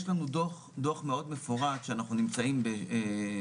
יש לנו דו"ח מאוד מפורט שנמצא בטיוטה